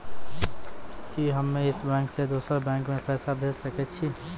कि हम्मे इस बैंक सें दोसर बैंक मे पैसा भेज सकै छी?